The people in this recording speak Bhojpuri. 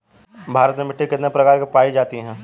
भारत में मिट्टी कितने प्रकार की पाई जाती हैं?